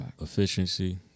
efficiency